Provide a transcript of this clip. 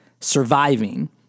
surviving